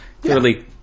Clearly